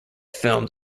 filmed